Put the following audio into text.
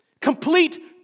complete